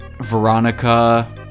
Veronica